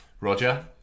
Roger